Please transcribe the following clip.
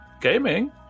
gaming